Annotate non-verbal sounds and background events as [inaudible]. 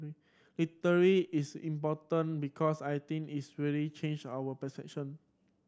[unintelligible] is important because I think it's really change our perception